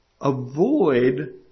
avoid